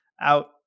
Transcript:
out